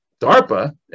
DARPA